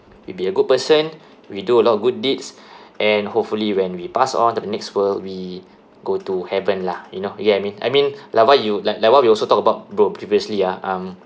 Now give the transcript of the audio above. you be a good person we do a lot of good deeds and hopefully when we pass on to the next world we go to heaven lah you know you get I mean I mean like what you like like what we also talk about bro previously ah um